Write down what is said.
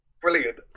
Brilliant